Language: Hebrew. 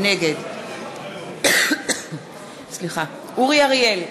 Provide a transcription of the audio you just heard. נגד אורי אריאל,